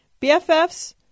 bffs